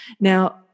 Now